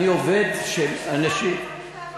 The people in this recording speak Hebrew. אני עובד, אתה משטרה,